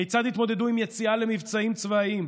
כיצד יתמודדו עם יציאה למבצעים צבאיים?